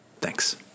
Thanks